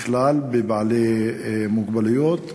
ובכלל בבעלי מוגבלויות.